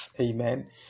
amen